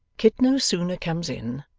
kit no sooner comes in,